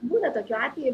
būna tokių atvejų